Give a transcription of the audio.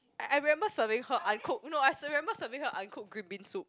I I remember serving her uncooked no I remember serving her uncooked green bean soup